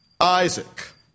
Isaac